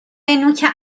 نوک